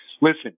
Listen